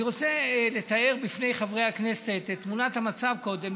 אני רוצה לתאר בפני חברי הכנסת את תמונת המצב קודם,